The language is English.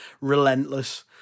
relentless